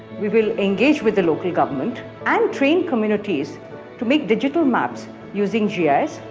we will engage with the local government and train communities to make digital maps using gis,